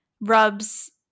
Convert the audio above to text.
rubs